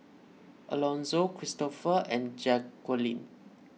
Elonzo Kristofer and Jacquelynn